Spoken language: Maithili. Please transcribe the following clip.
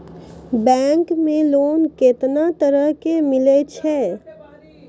बैंक मे लोन कैतना तरह के मिलै छै?